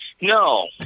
No